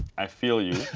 i feel you.